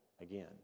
again